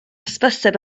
hysbyseb